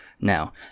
Now